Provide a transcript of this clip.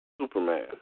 Superman